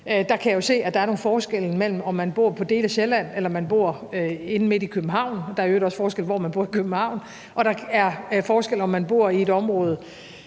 sige, at jeg jo kan se, at der er nogle forskelle imellem, om man bor på dele af Sjælland eller man bor inde midt i København, og der er i øvrigt også forskel på, hvor man bor i København, og der er forskel på, om man bor i et område,